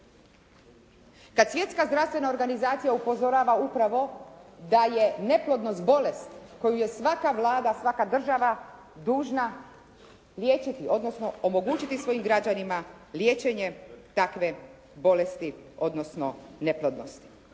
Kad Svjetska zdravstvena organizacija upozorava upravo da je neplodnost bolest koju je svaka Vlada, svaka država dužna liječiti, odnosno omogućiti svojim građanima liječenje takve bolesti, odnosno neplodnosti.